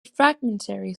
fragmentary